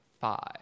five